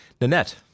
Nanette